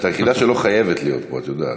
את היחידה שלא חייבת להיות פה, את יודעת.